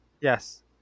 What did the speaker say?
Yes